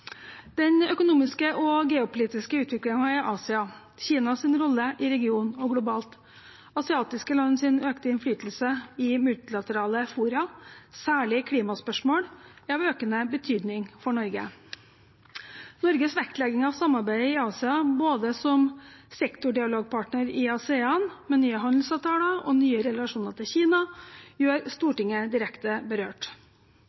Den økonomiske og geopolitiske utviklingen i Asia, Kinas rolle i regionen og globalt og asiatiske lands økte innflytelse i multilaterale fora, særlig i klimaspørsmål, er av økende betydning for Norge. Norges vektlegging av samarbeidet i Asia både som sektordialogpartner i ASEAN med nye handelsavtaler og nye relasjoner til Kina gjør